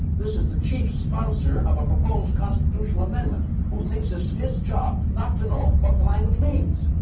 this is the chief sponsor of a proposed constitutional amendment who thinks it's his job not to know what the language means.